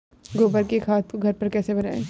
गोबर की खाद को घर पर कैसे बनाएँ?